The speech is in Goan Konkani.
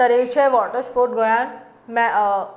तरेचे वॉटर स्पोट गोंयांत मे